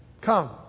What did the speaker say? Come